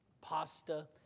pasta